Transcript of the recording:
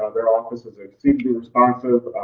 ah their office is extremely responsive.